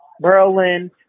Berlin